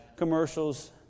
Commercials